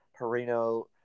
Perino